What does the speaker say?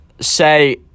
say